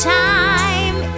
time